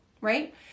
right